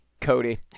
Cody